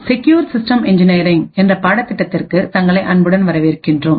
secure systems இன்ஜினியரிங்என்ற பாடத்திட்டத்திற்கு தங்களை அன்புடன் வரவேற்கின்றோம்